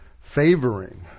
favoring